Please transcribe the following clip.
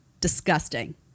Disgusting